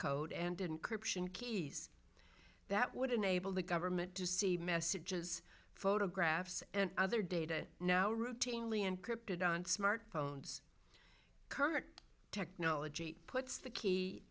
code and didn't corruption keys that would enable the government to see messages photographs and other data now routinely encrypted on smart phones current technology puts the key